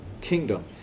kingdom